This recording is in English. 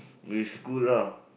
with school lah